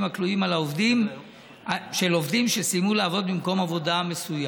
הכלואים של עובדים שסיימו לעבוד במקום עבודה מסוים.